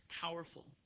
Powerful